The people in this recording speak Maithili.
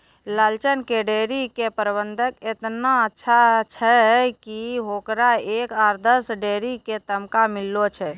लालचन के डेयरी के प्रबंधन एतना अच्छा छै कि होकरा एक आदर्श डेयरी के तमगा मिललो छै